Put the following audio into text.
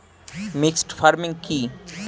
Mixed farming কি?